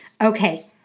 Okay